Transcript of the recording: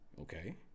Okay